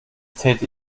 täte